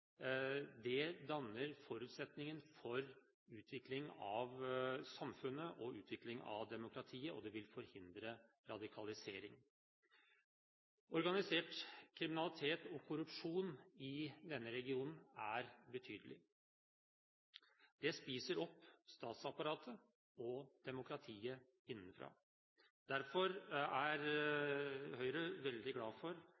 danner forutsetningen for utviklingen av samfunnet og utviklingen av demokratiet, og det vil forhindre radikalisering. Organisert kriminalitet og korrupsjon er betydelig i denne regionen. Det spiser opp statsapparatet og demokratiet innenfra. Derfor er Høyre veldig glad for